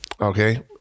Okay